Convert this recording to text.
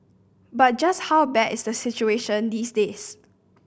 but just how bad is the situation these days